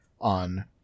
on